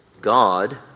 God